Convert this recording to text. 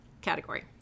category